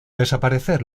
desaparecer